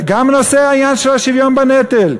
גם נושא השוויון בנטל.